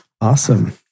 Awesome